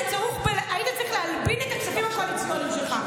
צריך להלבין את הכספים הקואליציוניים שלך,